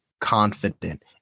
confident